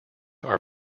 are